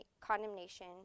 condemnation